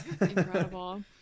Incredible